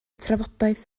trafodaeth